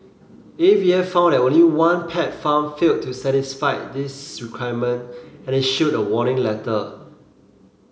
A V A found that only one pet farm failed to satisfy these requirement and issued a warning letter